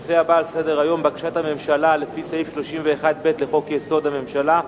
הנושא הבא על סדר-היום: בקשת הממשלה לפי סעיף 31(ב) לחוק-יסוד: הממשלה,